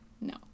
No